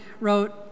wrote